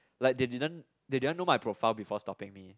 like they didn't they didn't know my profile before stopping me